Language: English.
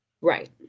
Right